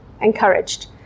encouraged